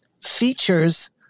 features